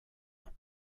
ans